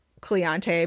Cleante